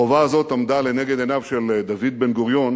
החובה הזאת עמדה לנגד עיניו של דוד בן-גוריון